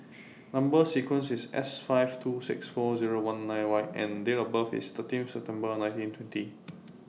Number sequence IS S five two six four Zero one nine Y and Date of birth IS thirteen September nineteen twenty